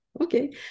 okay